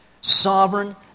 sovereign